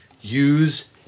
use